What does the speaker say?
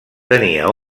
tenia